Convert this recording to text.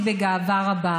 גועל נפש.